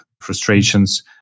frustrations